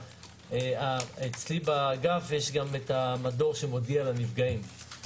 אצלי באגף יש גם את המדור שמודיע לנפגעים,